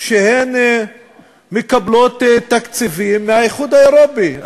שהן מקבלות תקציבים מהאיחוד האירופי,